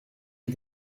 est